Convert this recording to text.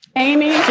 amy?